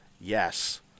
Yes